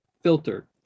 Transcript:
filter